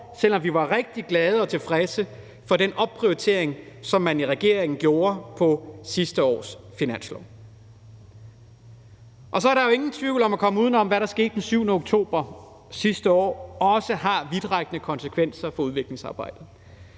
selv om vi var rigtig glade for og tilfredse med den opprioritering, som man i regeringen gjorde på sidste års finanslov. Så er der jo ingen tvivl om, at man ikke kommer udenom, at hvad der skete den 7. oktober sidste år, også har vidtrækkende konsekvenser for udviklingsarbejdet.